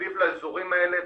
סביב האזורים האלה.